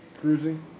cruising